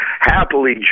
happily